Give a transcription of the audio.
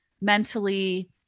mentally